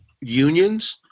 unions